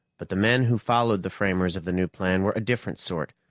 but the men who followed the framers of the new plan were a different sort,